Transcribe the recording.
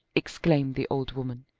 exclaimed the old woman,